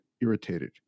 irritated